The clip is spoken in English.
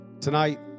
Tonight